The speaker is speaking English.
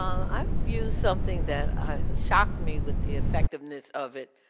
i i view something that shocked me with the effectiveness of it.